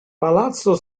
palazzo